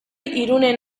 irunen